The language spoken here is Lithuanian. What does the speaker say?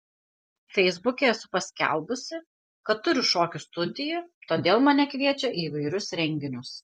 feisbuke esu paskelbusi kad turiu šokių studiją todėl mane kviečia į įvairius renginius